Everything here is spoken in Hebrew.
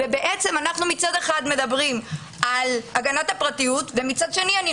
מצד אחד אנחנו מדברים על הגנת הפרטיות ומצד שאני אני